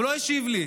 הוא לא השיב לי.